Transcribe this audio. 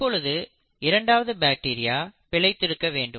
இப்பொழுது இரண்டாவது பாக்டீரியா பிழைத்திருக்க வேண்டும்